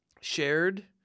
shared